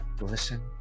Listen